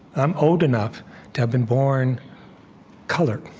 i'm old enough to have been born colored.